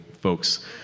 folks